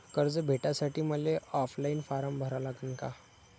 कर्ज भेटासाठी मले ऑफलाईन फारम भरा लागन का?